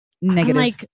Negative